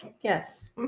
yes